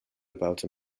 about